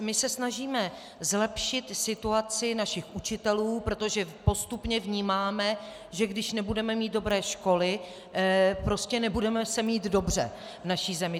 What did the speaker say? My se snažíme zlepšit situaci našich učitelů, protože postupně vnímáme, že když nebudeme mít dobré školy, prostě nebudeme se mít dobře v naší zemi.